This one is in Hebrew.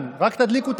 שנשמור על